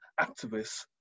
activists